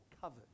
covered